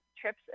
trips